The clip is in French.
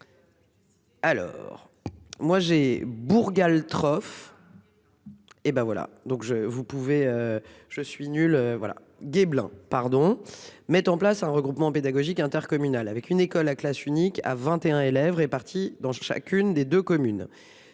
Alors moi j'ai Bourgas le trophée. Hé ben voilà donc je vous pouvez je suis nul voilà Guy Blin pardon mettent en place un regroupement pédagogique intercommunal avec une école à classe unique à 21 élèves répartis dans chacune des 2 communes